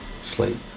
sleep